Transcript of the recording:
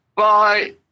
Bye